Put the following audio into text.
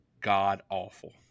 god-awful